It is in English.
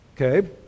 Okay